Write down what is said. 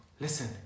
listen